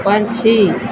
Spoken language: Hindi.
पक्षी